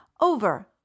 over